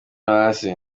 hasi